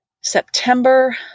September